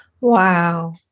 Wow